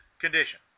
condition